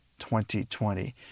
2020